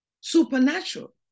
supernatural